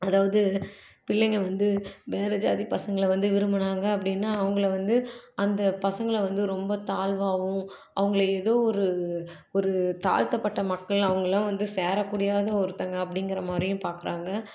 அதாவது பிள்ளைங்கள் வந்து வேற ஜாதி பசங்களை வந்து விரும்பினாங்க அப்படின்னா அவங்கள வந்து அந்த பசங்களை வந்து ரொம்ப தாழ்வாகவும் அவங்கள எதோ ஒரு ஒரு தாழ்த்தப்பட்ட மக்கள் அவங்கள்லாம் வந்து சேரக்கூடியதா ஒருத்தவங்க அப்படிங்கிற மாதிரியும் பார்க்கறாங்க